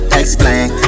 explain